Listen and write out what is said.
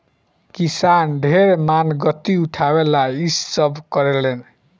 किसान ढेर मानगती उठावे ला इ सब करेले